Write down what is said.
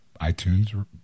iTunes